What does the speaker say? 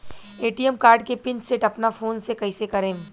ATM card के PIN set अपना phone से कइसे करेम?